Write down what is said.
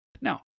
Now